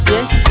Yes